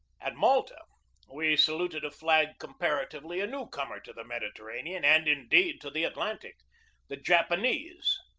at malta we saluted a flag comparatively a new comer to the mediterranean, and, indeed, to the atlantic the japanese,